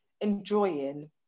enjoying